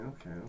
okay